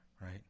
right